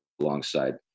alongside